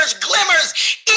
glimmers